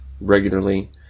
regularly